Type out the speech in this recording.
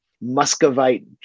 Muscovite